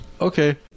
Okay